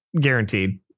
Guaranteed